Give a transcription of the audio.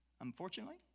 Unfortunately